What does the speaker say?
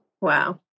Wow